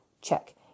check